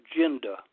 agenda